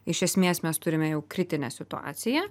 iš esmės mes turime jau kritinę situaciją